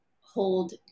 hold